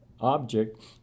object